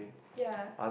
ya